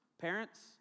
Parents